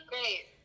great